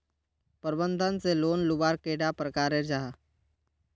प्रबंधन से लोन लुबार कैडा प्रकारेर जाहा?